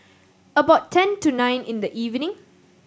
about ten to nine in the evening